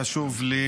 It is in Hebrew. חשוב לי